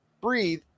breathe